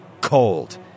cold